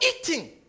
eating